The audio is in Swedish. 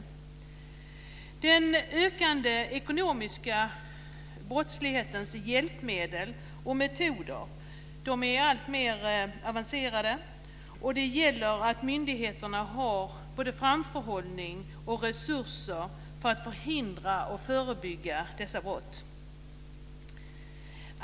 När det gäller den ökande ekonomiska brottsligheten är hjälpmedel och metoder alltmer avancerade, och det gäller att myndigheterna har både framförhållning och resurser för att förhindra och förebygga dessa brott.